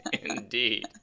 indeed